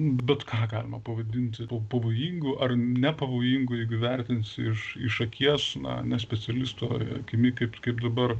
bet ką galima pavadinti pavojingu ar nepavojingu jeigu vertinsi iš iš akies na ne specialisto akimi kaip kaip dabar